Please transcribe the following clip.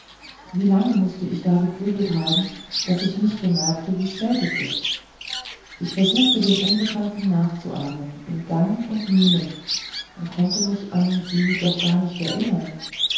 wie lange mußte ich da gegrübelt haben daß ich nicht bemerkte wie spät es ist und ich versuchte den unbekannten nachzuahmen in gang und mienen und konnte mich an sie doch gar nicht erinnern